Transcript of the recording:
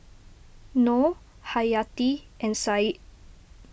Noh Haryati and Said